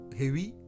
heavy